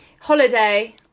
Holiday